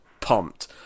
pumped